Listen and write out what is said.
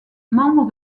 membre